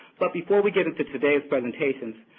but before we get into today's presentations,